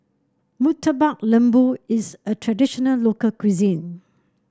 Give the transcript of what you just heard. Murtabak Lembu is a traditional local cuisine